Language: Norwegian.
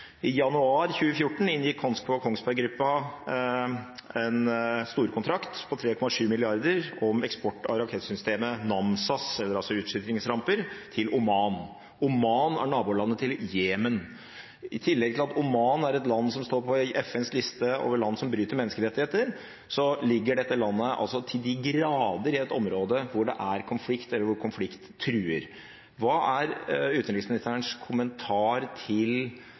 I januar 2014 inngikk Kongsberg Gruppen en storkontrakt på 3,7 mrd. kr om eksport av rakettsystemet NASAMS, altså utskytingsramper, til Oman. Oman er nabolandet til Jemen. I tillegg til at Oman er et land som står på FNs liste over land som bryter menneskerettigheter, ligger dette landet til de grader i et område hvor det er konflikt, eller hvor konflikt truer. Hva er utenriksministerens kommentar til